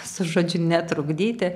su žodžiu netrukdyti